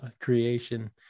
creation